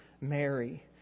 Mary